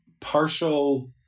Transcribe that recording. partial